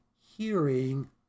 hearing